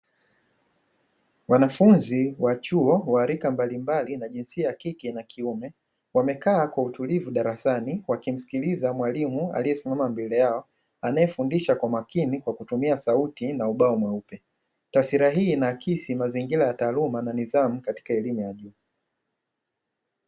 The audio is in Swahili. Wanafunzi wa chuo wa rika mbalimbali wa jinsia ya kike na ya kiume wamekaa kwa utulivu darasani wakimsikiliza mwalimu aliyesimama mbele yao, anayefundisha kwa makini kwa kutumia sauti na ubao mweupe, taswira hii inaakisi mazingira ya taaluma na nidhamu katika elimu ya juu.